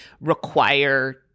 require